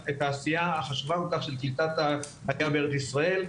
העשייה החשובה כל כך של קליטת העלייה בארץ ישראל,